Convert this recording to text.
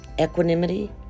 equanimity